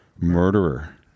Murderer